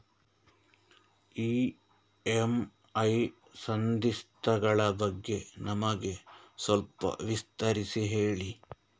EMI ಸಂಧಿಸ್ತ ಗಳ ಬಗ್ಗೆ ನಮಗೆ ಸ್ವಲ್ಪ ವಿಸ್ತರಿಸಿ ಹೇಳಿ